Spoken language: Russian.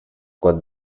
кот